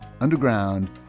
underground